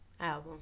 album